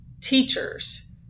teachers